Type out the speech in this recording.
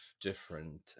different